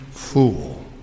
fool